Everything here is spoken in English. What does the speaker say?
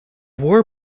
war